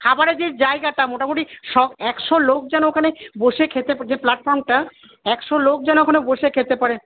খাবারের যে জায়গাটা মোটামুটি শ একশো লোক যেন ওখানে বসে খেতে যে প্ল্যাটফর্মটা একশো লোক যেন ওখানে বসে খেতে পারে